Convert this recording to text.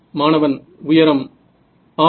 மாணவன் உயரம் ஆம்